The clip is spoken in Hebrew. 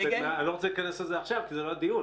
אני לא רוצה להיכנס לזה עכשיו כי זה לא הדיון,